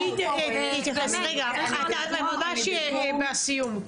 תתייחסי בסיום.